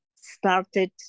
started